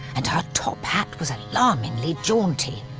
and her top hat was alarmingly jaunty.